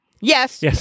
Yes